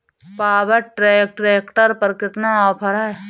Power track tractor पर कितना offer है?